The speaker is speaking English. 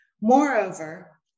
Moreover